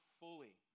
fully